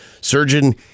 surgeon